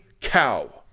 cow